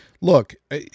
Look